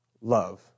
love